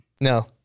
No